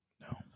No